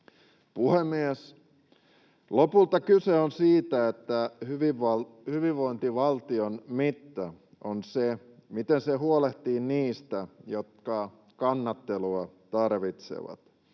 Puhemies! Lopulta kyse on siitä, että hyvinvointivaltion mitta on se, miten se huolehtii niistä, jotka kannattelua tarvitsevat.